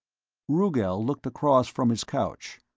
rugel looked across from his couch.